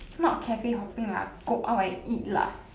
not cafe hopping lah go out and eat lah